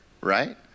right